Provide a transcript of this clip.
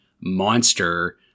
monster